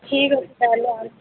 ଠିକ୍ ଅଛି ତାହାଲେ ଆଉ